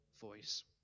voice